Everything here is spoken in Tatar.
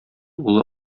улы